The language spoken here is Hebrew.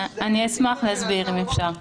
אני אשמח להסביר, אם אפשר.